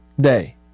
Day